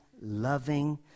loving